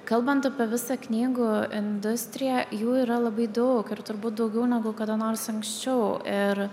kalbant apie visą knygų industriją jų yra labai daug ir turbūt daugiau negu kada nors anksčiau ir